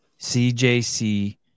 CJC